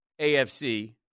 AFC